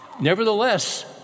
Nevertheless